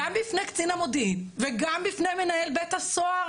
גם בפני קצין המודיעין וגם בפני מנהל בית הסוהר,